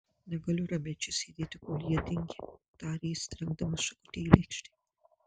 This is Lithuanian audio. negaliu ramiai čia sėdėti kol jie dingę tarė jis trenkdamas šakutę į lėkštę